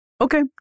Okay